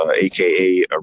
AKA